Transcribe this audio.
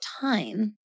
time